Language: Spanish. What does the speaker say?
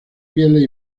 pieles